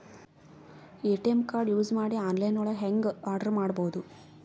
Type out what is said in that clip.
ATM card use ಮಾಡಿ online ದೊಳಗೆ ಹೆಂಗ್ ಆರ್ಡರ್ ಮಾಡುದು?